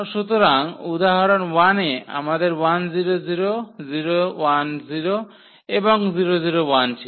সুতরাং উদাহরণ 1 এ আমাদের এবং ছিল